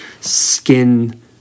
skin